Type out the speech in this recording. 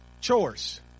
Chores